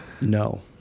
No